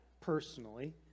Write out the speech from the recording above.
personally